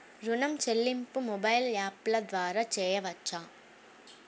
ఋణం చెల్లింపు మొబైల్ యాప్ల ద్వార చేయవచ్చా?